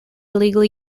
legally